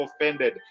offended